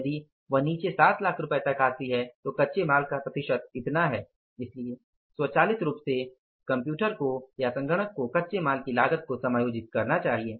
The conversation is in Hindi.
यदि वे नीचे 7 लाख तक आते हैं तो कच्चे माल का प्रतिशत इतना है इसलिए स्वचालित रूप से सिस्टम को कच्चे माल की लागत को समायोजित करना चाहिए